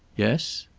yes?